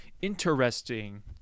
interesting